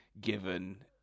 given